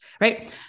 right